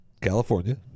california